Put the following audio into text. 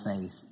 faith